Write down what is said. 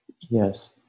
Yes